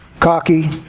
cocky